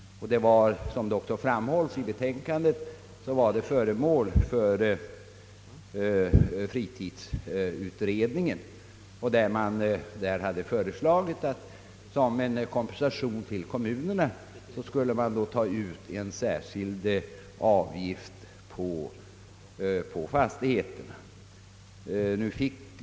Som också framhålls i betänkandet, var denna fråga föremål för fritidsutredningens uppmärksamhet. Utredningen förslog att som en kompensation till kommunerna skulle man ta en särskild avgift på fastigheterna.